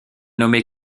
nommé